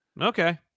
Okay